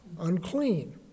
unclean